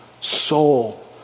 soul